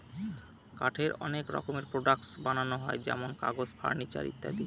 কাঠের অনেক রকমের প্রডাক্টস বানানো হয় যেমন কাগজ, ফার্নিচার ইত্যাদি